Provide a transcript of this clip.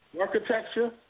Architecture